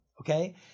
okay